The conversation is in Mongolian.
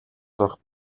сурах